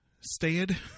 Stayed